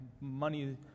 money